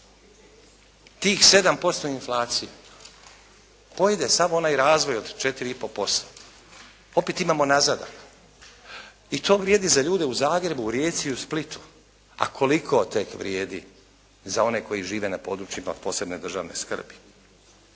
Tih 7% inflacije pojede sav onaj razvoj od 4,5%. Opet imamo nazadak. I to vrijedi za ljude u Zagrebu, u Rijeci, u Splitu. A koliko tek vrijedi za one koji žive na područjima od posebne državne skrbi.